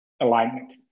alignment